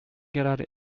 gerade